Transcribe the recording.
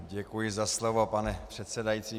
Děkuji za slovo, pane předsedající.